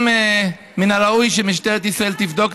מן הראוי שמשטרת ישראל תבדוק,